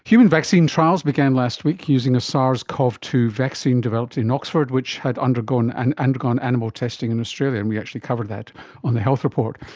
human vaccine trials began last week using a sars cov two vaccine developed in oxford which had undergone and undergone animal testing in australia and we actually covered that on the health report.